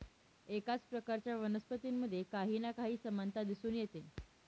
एकाच प्रकारच्या वनस्पतींमध्ये काही ना काही समानता दिसून येते